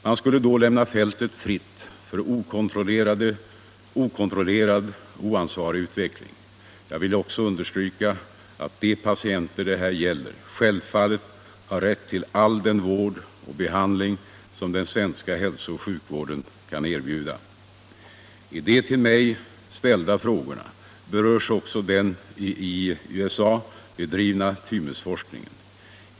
Man skulle då lämna fältet fritt för en okontrollerad och oansvarig utveckling. Jag vill också understryka att de patienter det här gäller självfallet har rätt till all den vård och behandling som den svenska hälsooch sjukvården kan erbjuda. I de till mig ställda frågorna berörs också den i USA bedrivna thymusforskningen.